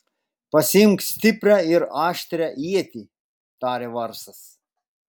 pasiimk stiprią ir aštrią ietį tarė varsas